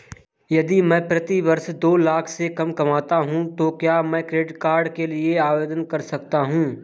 यदि मैं प्रति वर्ष दो लाख से कम कमाता हूँ तो क्या मैं क्रेडिट कार्ड के लिए आवेदन कर सकता हूँ?